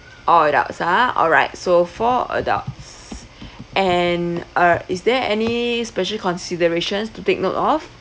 all adults ah alright so four adults and err is there any special considerations to take note of